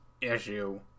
issue